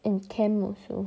and camp also